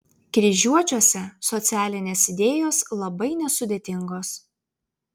kryžiuočiuose socialinės idėjos labai nesudėtingos